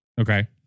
Okay